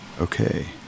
okay